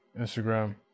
Instagram